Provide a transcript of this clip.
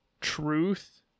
truth